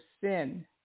sin